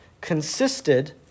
consisted